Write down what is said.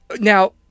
Now